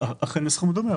אכן הסכום דומה.